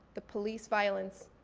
the police violence,